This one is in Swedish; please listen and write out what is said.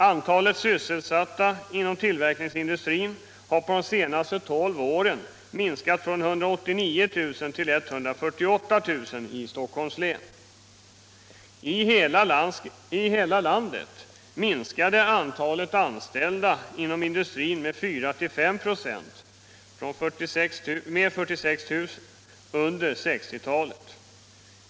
Antalet sysselsatta inom tillverknings industrin har på de senaste 12 åren minskat från 189 000 till 148 000 i Stockholms län. I hela landet minskade antalet anställda inom industrin med 4-5 procent under 60-talet.